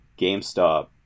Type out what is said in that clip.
GameStop